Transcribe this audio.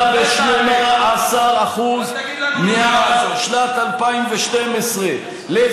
ב-18% מאז שנת 2012. אני קונה יותר או פחות?